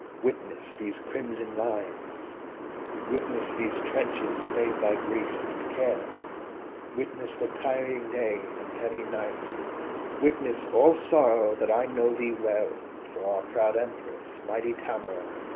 witness these crimson lines witness these trenches made by grief and care witness the tiring day and heavy night witness all sorrow that i know thee well for our proud empress, mighty tamora.